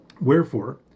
Wherefore